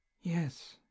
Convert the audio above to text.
yes